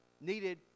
needed